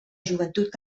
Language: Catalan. joventut